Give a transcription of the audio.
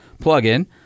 plug-in